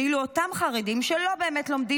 ואילו אותם חרדים שלא באמת לומדים,